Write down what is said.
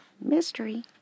mystery